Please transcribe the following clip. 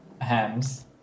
hams